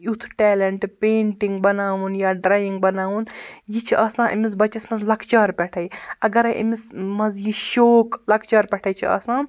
یُتھ talent painting بَناوُن یا ڈرٛایِنٛگ بَناوُن یہِ چھُ آسان أمِس بَچَس مَنٛز لۄکچارٕ پٮ۪ٹھٔے اَگَرٔے أمِس مَنٛز یہِ شوق لۄکچار پٮ۪ٹھٔے چھُ آسان